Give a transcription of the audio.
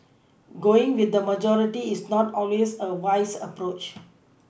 going with the majority is not always a wise approach